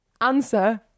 answer